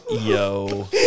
Yo